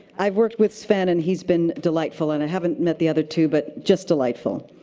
i've worked with sven and he's been delightful, and i haven't met the other two, but just delightful.